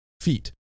feet